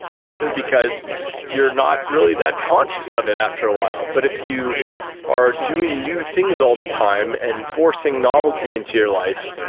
and this is because you're not really that conscious of it after a while. but if you are doing new things all the time and forcing novelty into your life,